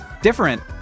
different